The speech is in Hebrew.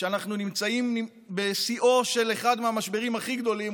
כשאנחנו נמצאים בשיאו של אחד המשברים הכי גדולים,